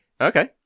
Okay